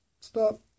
Stop